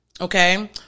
Okay